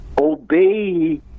Obey